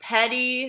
Petty